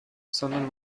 sondern